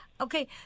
Okay